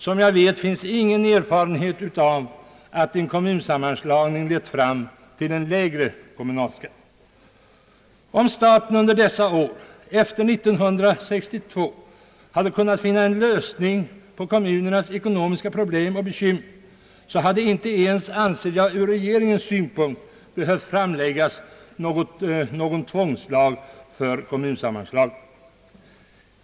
Såvitt jag vet finns ingen erfarenhet av att en kommunsammanslagning lett fram till en lägre kommunalskatt. Om staten under dessa år efter 1962 hade kunnat finna en lösning på kommunernas ekonomiska problem och bekymmer hade, anser jag, inte ens ur regeringens synpunkt behövt framläggas någon tvångslag för kommunsammanslagning.